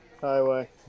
Highway